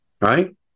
right